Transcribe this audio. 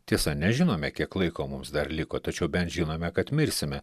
tiesa nežinome kiek laiko mums dar liko tačiau bent žinome kad mirsime